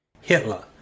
Hitler